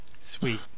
Sweet